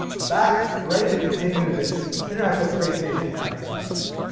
i'm back and ready to continue this international space station mapping project.